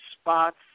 spots